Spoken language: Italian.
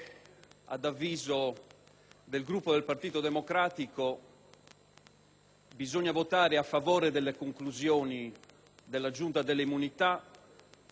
bisogna votare a favore delle conclusioni della Giunta e contro l'ordine del giorno De Gregorio.